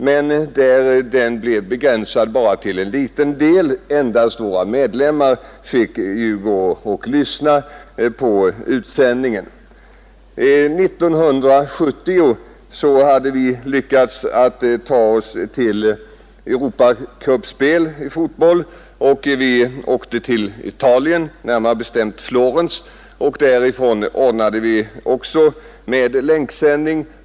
Men den blev begränsad till en liten del av befolkningen, endast våra medlemmar fick gå och lyssna till utsändningen. 1970 hade vi lyckats ta oss till Europacupspelen i fotboll. Vi åkte till Italien, närmare bestämt till Florens, och därifrån ordnade vi också länksändning.